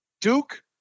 Duke